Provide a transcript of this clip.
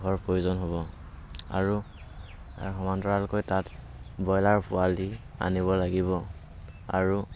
ঘৰ প্ৰয়োজন হ'ব আৰু সমান্তৰালকৈ তাত ব্ৰইলাৰ পোৱালি আনিব লাগিব আৰু